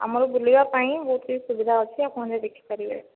ଆମର ବୁଲିବା ପାଇଁ ବହୁତ କିଛି ସୁବିଧା ଅଛି ଆପଣ ଯାଇ ଦେଖିପାରିବେ